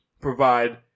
provide